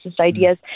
ideas